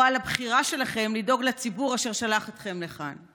או על הבחירה שלכם לדאוג לציבור אשר שלח אתכם לכאן?